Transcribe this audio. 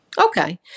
Okay